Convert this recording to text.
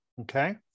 Okay